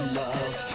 love